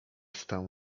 stał